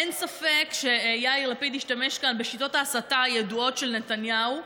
אין ספק שיאיר לפיד השתמש כאן בשיטות ההסתה הידועות של נתניהו,